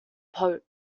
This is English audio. pope